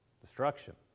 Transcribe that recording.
Destruction